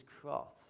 cross